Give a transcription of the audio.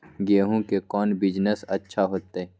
गेंहू के कौन बिजनेस अच्छा होतई?